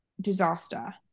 disaster